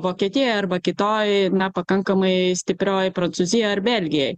vokietijoj arba kitoj na pakankamai stiprioj prancūzijoj ar belgijoj